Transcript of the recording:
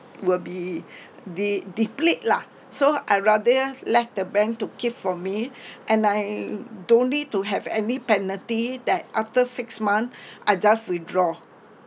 will be de~ deplete lah so I rather let the bank to keep for me and I don't need to have any penalty that after six month I just withdraw